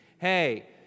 hey